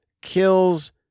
kills